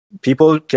people